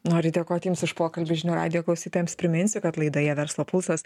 noriu dėkot jums už pokalbį žinių radijo klausytojams priminsiu kad laidoje verslo pulsas